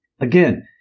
Again